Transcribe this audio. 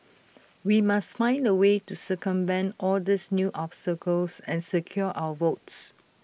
we must find A way to circumvent all these new obstacles and secure our votes